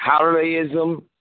holidayism